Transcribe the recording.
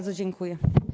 dziękuję.